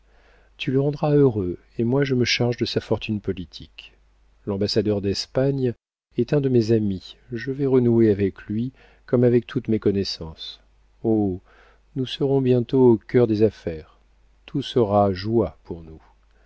tu le rendras heureux et moi je me charge de sa fortune politique l'ambassadeur d'espagne est un de mes amis je vais renouer avec lui comme avec toutes mes connaissances oh nous serons bientôt au cœur des affaires tout sera joie pour nous